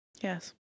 Yes